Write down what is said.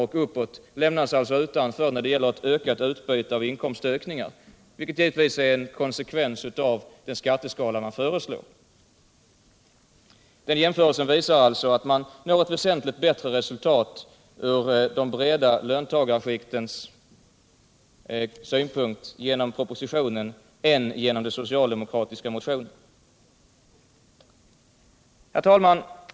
och däröver lämnas alltså utanför när det gäller ökat utbyte av inkomstökningar. Det är givetvis en konsekvens av den skatteskala som socialdemokraterna föreslår. Jämförelsen visar således att det blir ett väsentligt bättre resultat för de breda skikten genom propositionen än genom den socialdemokratiska motionen. å Herr talman!